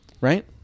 right